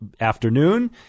afternoon